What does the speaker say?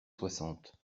soixante